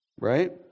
Right